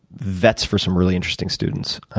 that's for some really interesting students.